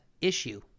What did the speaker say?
issue